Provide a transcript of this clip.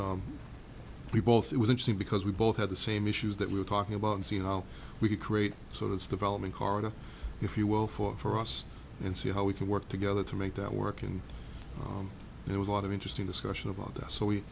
was we both it was interesting because we both had the same issues that we were talking about and see how we could create so this development corridor if you will for us and see how we can work together to make that work and there was a lot of interesting discussion about that so we